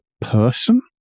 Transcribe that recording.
person